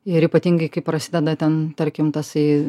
ir ypatingai kai prasideda ten tarkim tasai